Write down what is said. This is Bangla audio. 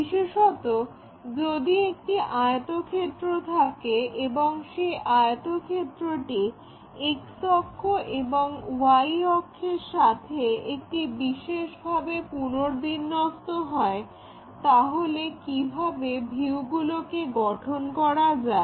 বিশেষত যদি একটি আয়তক্ষেত্র থাকে এবং সেই আয়তক্ষেত্রটি X অক্ষ এবং Y অক্ষের সাথে একটি বিশেষ ভাবে পুনর্বিন্যস্ত হয় তাহলে কিভাবে ভিউগুলোকে গঠন করা যায়